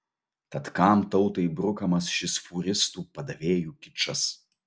tad kam tautai brukamas šis fūristų padavėjų kičas